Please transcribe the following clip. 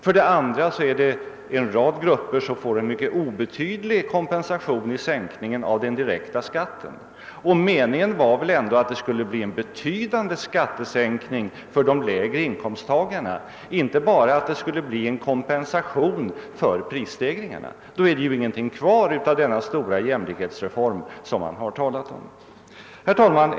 För det andra får en rad grupper en mycket obetydlig kompensation genom en sänkning av den direkta skatten. Meningen var väl ändå att det skulle bli en betydande skattesänkning för de lägre inkomsttagarna, inte bara en kompensation för prisstegringarna. Då blir det ju inget kvar av den stora jämlikhetsreform som man talat om. Herr talman!